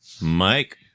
Mike